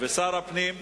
לשר הפנים,